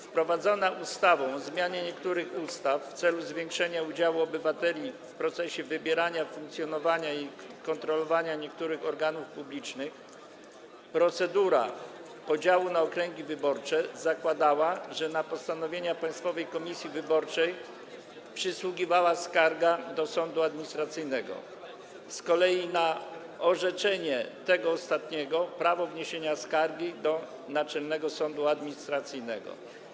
Wprowadzona ustawą o zmianie niektórych ustaw w celu zwiększenia udziału obywateli w procesie wybierania, funkcjonowania i kontrolowania niektórych organów publicznych procedura podziału na okręgi wyborcze zakładała, że na postanowienia Państwowej Komisji Wyborczej przysługiwała skarga do sądu administracyjnego, z kolei na orzeczenie tego ostatniego - prawo wniesienia skargi do Naczelnego Sądu Administracyjnego.